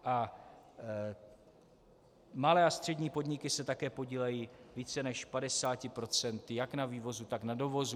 A malé a střední podniky se také podílejí více než 50 procenty jak na vývozu, tak na dovozu.